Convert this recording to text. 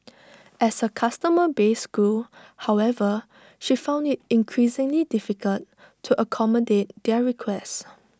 as her customer base grew however she found IT increasingly difficult to accommodate their requests